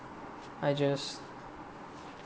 I just